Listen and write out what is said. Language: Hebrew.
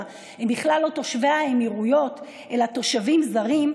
הם בכלל לא תושבי האמירויות אלא תושבים זרים,